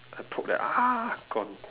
I poke then gone